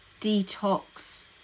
detox